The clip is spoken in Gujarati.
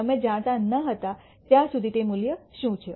તમે જાણતા ન હતા ત્યાં સુધી તે મૂલ્ય શું છે